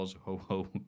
ho-ho